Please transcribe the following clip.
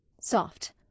Soft